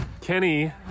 Kenny